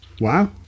Wow